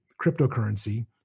cryptocurrency